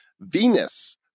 Venus